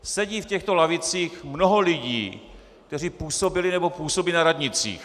Sedí v těchto lavicích mnoho lidí, kteří působili nebo působí na radnicích.